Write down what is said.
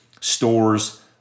stores